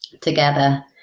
together